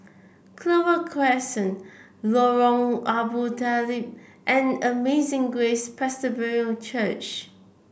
Clover Crescent Lorong Abu Talib and Amazing Grace Presbyterian Church